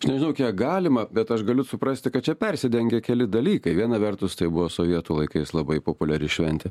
aš nežinau kiek galima bet aš galiu suprasti kad čia persidengia keli dalykai viena vertus tai buvo sovietų laikais labai populiari šventė